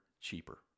cheaper